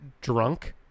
drunk